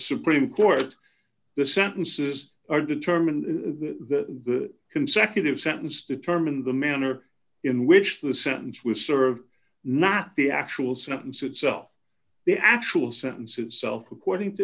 supreme court the sentences are determined the consecutive sentence determine the manner in which the sentence was served not the actual sentence itself the actual sentence itself according to